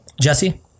jesse